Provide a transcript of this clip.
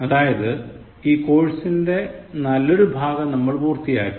അതായത് ഈ കോഴ്സിൻറെ നല്ലൊരു ഭാഗം നമ്മൾ പൂർത്തിയാക്കി